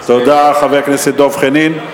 תודה, חבר הכנסת דב חנין.